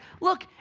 look